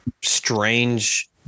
strange